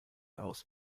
aus